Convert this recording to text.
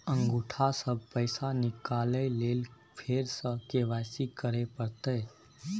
अंगूठा स पैसा निकाले लेल फेर स के.वाई.सी करै परतै?